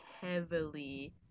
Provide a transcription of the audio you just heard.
heavily